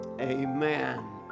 Amen